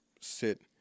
sit